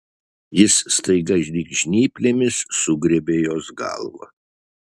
jis staiga lyg žnyplėmis sugriebė jos galvą